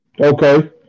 Okay